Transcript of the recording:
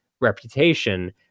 reputation